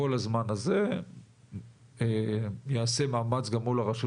כל הזמן הזה יעשה מאמץ גם מול הרשות